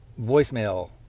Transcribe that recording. Voicemail